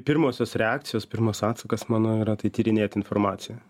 pirmosios reakcijos pirmas atsakas mano yra tai tyrinėt informaciją